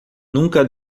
nunca